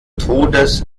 todes